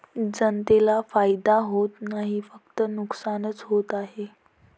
जनतेला फायदा होत नाही, फक्त नुकसानच होत आहे